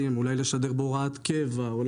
לשדר בהוראת קבע לעסק עם שני עובדים,